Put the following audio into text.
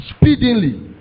speedily